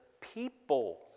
people